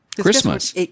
Christmas